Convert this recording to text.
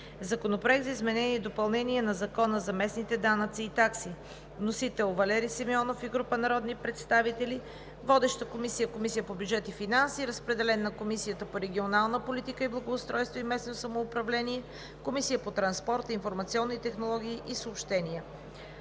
Законопроект за изменение и допълнение на Закона за местните данъци и такси. Вносител е народният представител Валери Симеонов и група народни представители. Водеща е Комисията по бюджет и финанси. Разпределен е на Комисията по регионална политика, благоустройство и местно самоуправление и Комисията по транспорт, информационни технологии и съобщения.